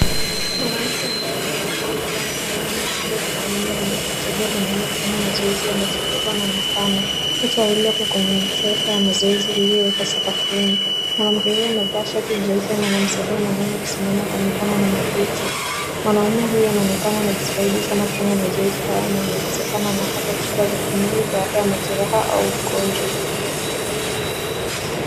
Mwanamke ambaye anaonekana kuwa mtaalamu wa tiba za kimwili akimsaidia mwanaume kufanya mazoezi ya matibabu anaonekana. Wote wawili wako kwenye mkeka ya mazoezi liliyowekwa sakafuni. Mwanamke huyu amevaa shati jeupe na anamsaidia mwanaume kusimama kwa mikono na magoti. Mwanaume huyu anaonekana anajitahidi sana kufanya mazoezi haya na inawezekana anapata tiba za kimwili baada ya majeraha au ugonjwa.